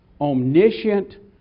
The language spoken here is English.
omniscient